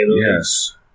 Yes